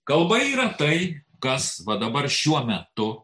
kalba yra tai kas va dabar šiuo metu